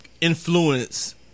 influence